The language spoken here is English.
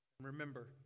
remember